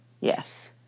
Yes